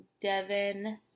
Devin